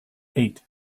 eight